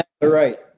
right